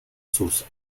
sus